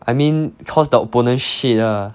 I mean cause the opponent shit ah